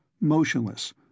motionless